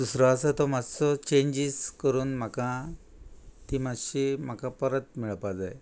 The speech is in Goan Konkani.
दुसरो आसा तो मातसो चेंजीस करून म्हाका ती मातशी म्हाका परत मेळपा जाय